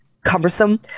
Cumbersome